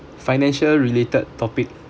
financial related topic